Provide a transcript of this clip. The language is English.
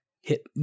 hit